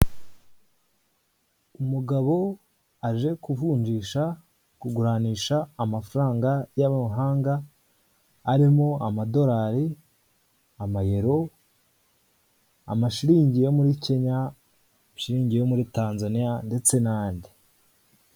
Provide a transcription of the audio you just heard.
Umugabo aje kuvunjisha ku kuguranisha amafaranga y'abahanga, arimo amadolari, amayero, amashiringi yo muri Kenya, shilingi yo muri Tanzaniya ndetse n'ahandi.